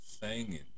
singing